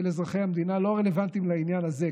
אזרחי המדינה לא רלוונטיים לעניין הזה,